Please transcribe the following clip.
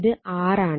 ഇത് 6 ആണ്